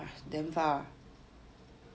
damn far